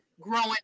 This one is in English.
growing